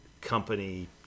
company